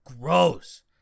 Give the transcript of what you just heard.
gross